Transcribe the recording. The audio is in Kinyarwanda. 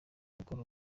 gukora